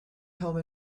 home